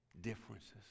differences